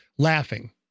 laughing